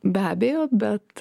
be abejo bet